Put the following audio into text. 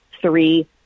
three